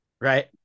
Right